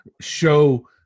show